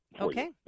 Okay